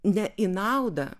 ne į naudą